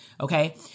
Okay